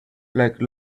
like